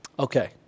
Okay